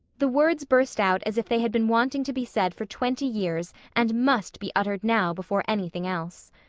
the words burst out as if they had been wanting to be said for twenty years and must be uttered now, before anything else.